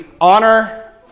honor